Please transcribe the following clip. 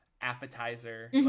appetizer